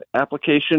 application